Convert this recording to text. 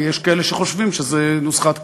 יש כאלה שחושבים שזו נוסחת קסם.